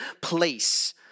place